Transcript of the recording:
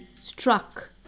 struck